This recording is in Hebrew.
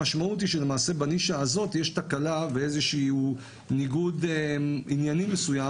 המשמעות היא שלמעשה בנישה הזאת יש תקלה ואיזשהו ניגוד עניינים מסוים,